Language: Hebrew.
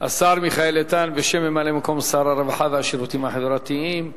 השר מיכאל איתן בשם ממלא-מקום שר הרווחה והשירותים החברתיים.